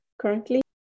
currently